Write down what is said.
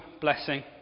blessing